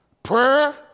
Prayer